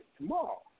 tomorrow